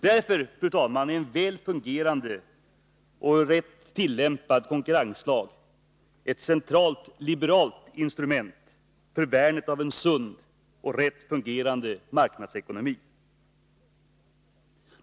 Därför, fru talman, är en väl fungerande och rätt tillämpad konkurrenslag ett centralt liberalt instrument för värnet av en sund och väl fungerande marknadsekonomi.